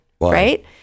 right